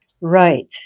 Right